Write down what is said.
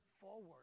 forward